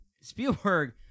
Spielberg